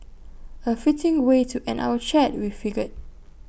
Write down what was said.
A fitting way to end our chat we figured